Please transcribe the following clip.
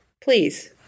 please